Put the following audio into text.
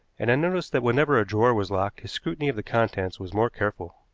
and i noticed that whenever a drawer was locked his scrutiny of the contents was more careful.